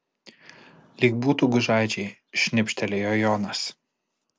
lyg būtų gužaičiai šnibžtelėjo jonas